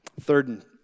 Third